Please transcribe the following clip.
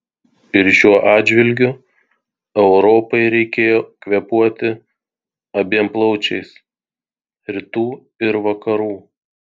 ir šiuo atžvilgiu europai reikėjo kvėpuoti abiem plaučiais rytų ir vakarų